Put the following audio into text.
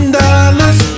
dollars